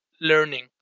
learning